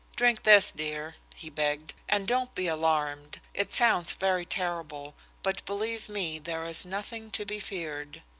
drink this, dear, he begged, and don't be alarmed. it sounds very terrible, but believe me there is nothing to be feared.